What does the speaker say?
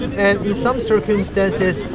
and and in some circumstances,